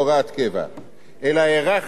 אלא הארכנו את הוראת השעה,